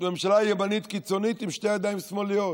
ממשלה ימנית קיצונית עם שתי ידיים שמאליות.